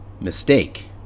Mistake